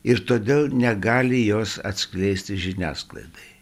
ir todėl negali jos atskleisti žiniasklaidai